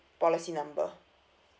policy number